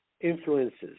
influences